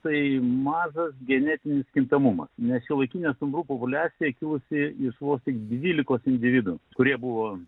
tai mažas genetinis kintamumas nes šiuolaikinė stumbrų populiacija kilusi iš vos tik dvylikos individų kurie buvo